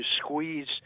squeeze